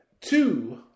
two